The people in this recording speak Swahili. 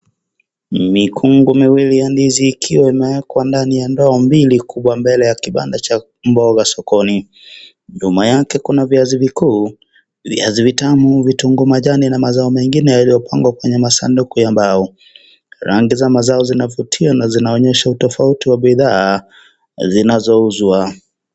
Mikungu miwili ya ndizi ikiwa imewekwa ndani ya ndoo mbili kubwa mbele ya kibanda cha mboga sokoni. Nyuma yake kuna viazi vikuu, viazi vitamu, vitunguu majani na mazao mengine yaliyopangwa kwenye masanduku ya mbao. Rangi za mazao zinavutia na zinaonyesha utofauti wa bidhaa zinazouzwa.